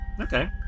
Okay